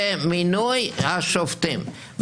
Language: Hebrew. במינוי השופטים.